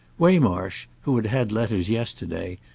waymarsh, who had had letters yesterday,